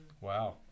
Wow